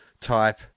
type